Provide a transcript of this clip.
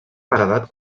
paredat